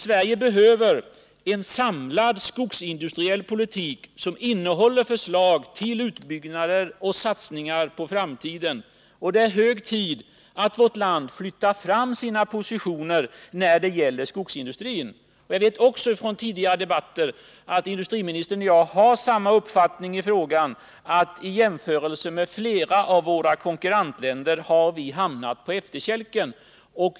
Sverige behöver en samlad skogsindustriell politik, som innehåller förslag till utbyggnader och satsningar på framtiden. Det är hög tid att vårt land flyttar fram sina positioner när det gäller skogsindustrin. Jag vet från tidigare debatter att industriministern och jag har samma uppfattning i den frågan, nämligen att vi i jämförelse med flera av våra konkurrentländer har hamnat på efterkälken.